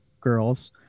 girls